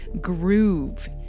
groove